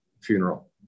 funeral